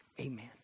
amen